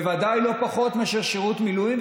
בוודאי לא פחות מאשר שירות מילואים,